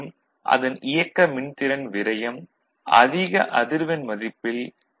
மேலும் அதன் இயக்க மின்திறன் விரயம் அதிக அதிர்வெண் மதிப்பில் டி